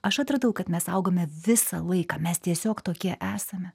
aš atradau kad mes augame visą laiką mes tiesiog tokie esame